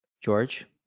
George